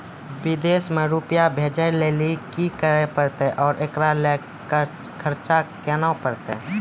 विदेश मे रुपिया भेजैय लेल कि करे परतै और एकरा लेल खर्च केना परतै?